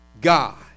God